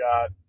got